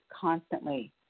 constantly